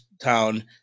Town